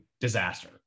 disaster